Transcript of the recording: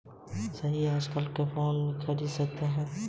सही है आजकल फ़ोन पे से बीमा ख़रीद सकते हैं